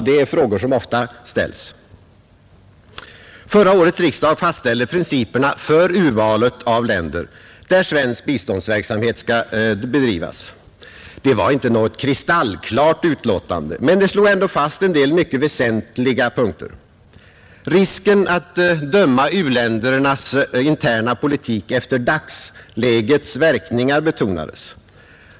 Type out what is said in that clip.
Det är frågor som ofta ställs. Förra årets riksdag fastställde principerna för urvalet av länder, där svensk biståndsverksamhet skall kunna bedrivas. Det var inte något kristallklart utlåtande, men det slog ändå fast en del mycket väsentliga punkter. Risken att döma u-ländernas interna politik efter dagslägets verkningar betonades.